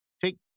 Take